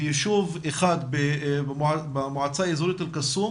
ביישוב אחד במועצה האזורית אל קסום,